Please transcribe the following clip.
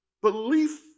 Belief